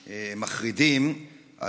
מחרידים,